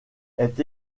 est